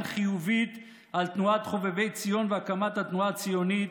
חיובית על תנועת חובבי ציון והקמת התנועה הציונית,